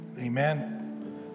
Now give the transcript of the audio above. Amen